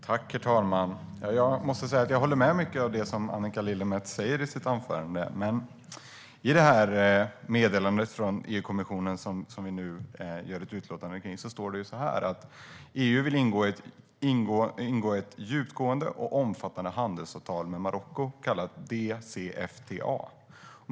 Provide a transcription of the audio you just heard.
Herr talman! Jag håller med om mycket av det som Annika Lillemets säger i sitt anförande. Men i meddelandet från EU-kommissionen som utlåtandet gäller står det att EU vill ingå ett djupgående och omfattande handelsavtal med Marocko, kallat DCFTA.